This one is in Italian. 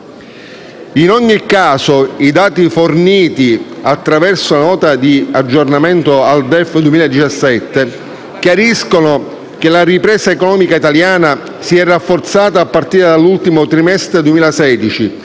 In ogni caso, i dati forniti attraverso la Nota di aggiornamento al DEF 2017 chiariscono che la ripresa economica italiana si è rafforzata a partire dall'ultimo trimestre del